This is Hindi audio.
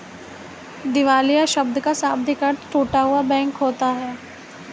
दिवालिया शब्द का शाब्दिक अर्थ टूटा हुआ बैंक होता है